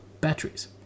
batteries